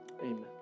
Amen